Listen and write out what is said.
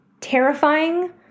terrifying